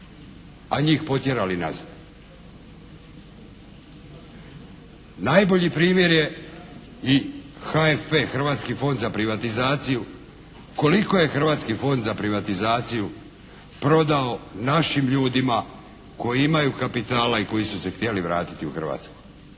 a njih potjerali nazad. Najbolji primjer je i HFP, Hrvatski fond za privatizaciju. Koliko je Hrvatski fond za privatizaciju prodao našim ljudima koji imaju kapitala i koji su se htjeli vratiti u Hrvatsku.